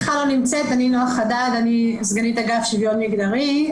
נמצאת, אני נועה חדד, אני סגנית אגף שוויון מגדרי.